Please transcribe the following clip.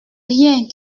rien